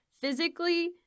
physically